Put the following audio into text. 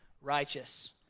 righteous